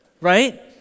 Right